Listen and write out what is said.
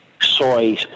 soy